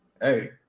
hey